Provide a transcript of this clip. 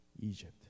Egypt